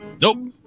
nope